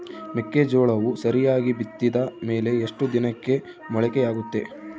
ಮೆಕ್ಕೆಜೋಳವು ಸರಿಯಾಗಿ ಬಿತ್ತಿದ ಮೇಲೆ ಎಷ್ಟು ದಿನಕ್ಕೆ ಮೊಳಕೆಯಾಗುತ್ತೆ?